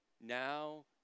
Now